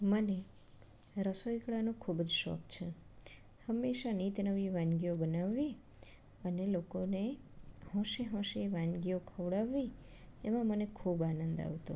મને રસોઈ કરવાનું ખૂબ જ શોખ છે હંમેશાં નીતનવી વાનગીઓ બનાવવી ને લોકો ને હોંશે હોંશે વાનગીઓ ખવડાવવી તેમાં મને ખૂબ આનંદ આવે